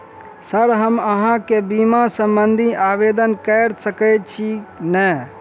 Sir हम अहाँ केँ बीमा संबधी आवेदन कैर सकै छी नै?